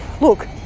Look